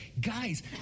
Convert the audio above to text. guys